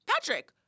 Patrick